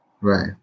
Right